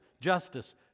justice